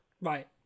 Right